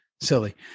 Silly